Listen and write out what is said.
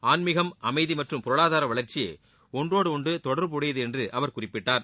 ஆன்மீகம் அமைதி மற்றும் பொருளாதார வளர்ச்சி ஒன்றோடு ஒன்று தொடர்புடையது என்று அவர் குறிப்பிட்டார்